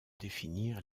définir